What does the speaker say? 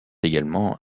également